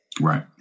Right